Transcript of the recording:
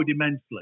immensely